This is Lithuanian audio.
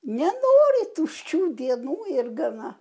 nenori tuščių dienų ir gana